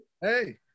Hey